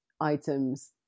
items